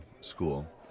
school